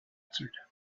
answered